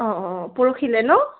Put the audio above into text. অঁ অঁ পৰহিলৈ নহ্